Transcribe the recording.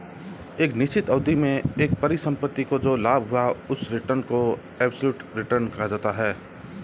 एक निश्चित अवधि में एक परिसंपत्ति को जो लाभ हुआ उस रिटर्न को एबसोल्यूट रिटर्न कहा जाता है